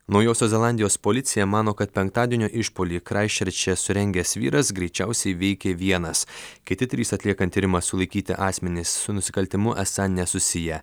naujosios zelandijos policija mano kad penktadienio išpuolį kraisčerče surengęs vyras greičiausiai veikė vienas kiti trys atliekant tyrimą sulaikyti asmenys su nusikaltimu esą nesusiję